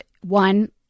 One